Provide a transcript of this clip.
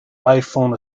iphone